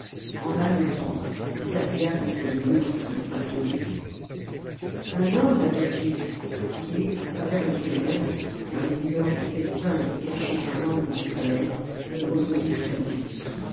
en haletant il s'appuya contre le mur pour ne pas tomber un homme l'avait suivi et à travers les ténèbres car les lueurs du festin étaient cachées par l'angle du palais il reconnut spendius